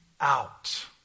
out